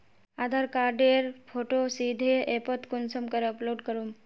आधार कार्डेर फोटो सीधे ऐपोत कुंसम करे अपलोड करूम?